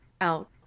Out